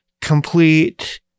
complete